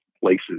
places